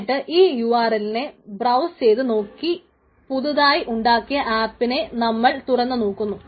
എന്നിട്ട് ഈ URL നെ ബ്രൌസ് ചെയ്തു നോക്കി പുതിയതായി ഉണ്ടാക്കിയ ആപ്പിനെ നമ്മൾ തുറന്നു നോക്കുന്നു